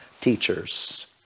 teachers